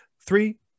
three